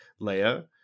Leia